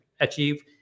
achieve